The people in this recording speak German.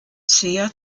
sehr